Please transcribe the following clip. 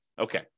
Okay